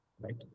Right